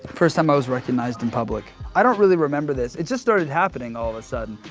first time i was recognized in public. i don't really remember this, it just started happening all of a sudden.